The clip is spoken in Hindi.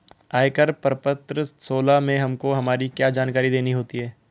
आयकर प्रपत्र सोलह में हमको हमारी क्या क्या जानकारी देनी होती है?